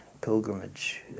pilgrimage